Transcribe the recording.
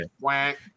Whack